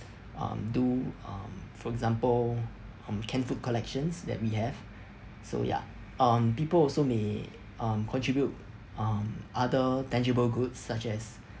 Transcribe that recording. um do um for example um canned food collections that we have so ya um people also may um contribute um other tangible goods such as